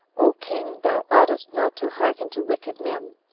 o king, thou oughtest not to hearken to wicked men,